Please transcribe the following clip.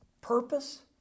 purpose